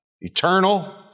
Eternal